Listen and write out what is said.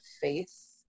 faith